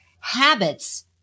habits